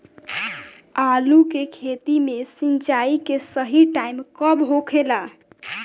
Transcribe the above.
आलू के खेती मे सिंचाई के सही टाइम कब होखे ला?